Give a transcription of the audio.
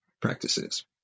practices